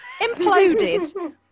imploded